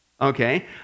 Okay